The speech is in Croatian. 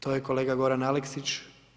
To je kolega Goran Aleksić.